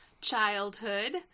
childhood